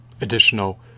additional